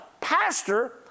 pastor